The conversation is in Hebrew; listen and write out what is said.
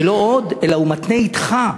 ולא עוד אלא הוא מתנה אתך,